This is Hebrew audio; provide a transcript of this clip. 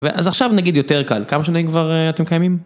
אז עכשיו נגיד יותר קל... כמה שנים כבר אתם קיימים?